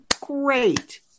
great